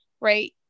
right